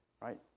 right